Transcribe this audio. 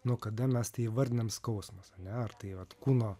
nuo kada mes tai įvardinam skausmas ar ne ar tai vat kūno